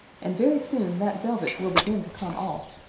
and very soon that velvet will begin to come off.